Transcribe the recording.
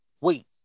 Wait